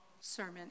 sermon